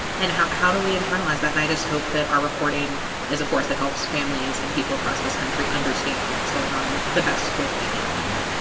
and how how do we internalize that? and i just hope that our reporting is a force that helps families and people across this country understand what's going on in the the best way that we can yeah.